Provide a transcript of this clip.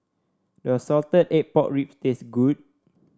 does Salted Egg Pork Ribs taste good